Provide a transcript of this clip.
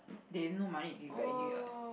they have no money to give back anyway what